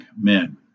men